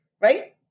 Right